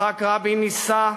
יצחק רבין ניסה,